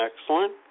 excellent